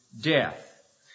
death